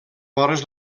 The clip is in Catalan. vores